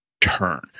turn